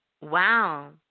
Wow